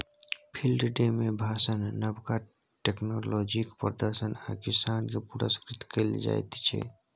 field day मे भाषण, नबका टेक्नोलॉजीक प्रदर्शन आ किसान केँ पुरस्कृत कएल जाइत छै